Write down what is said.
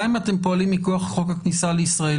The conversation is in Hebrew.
גם אם אתם פועלים מכוח חוק הכניסה לישראל,